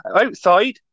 Outside